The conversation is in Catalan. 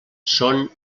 són